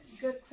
Good